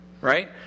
right